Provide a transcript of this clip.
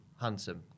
handsome